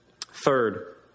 Third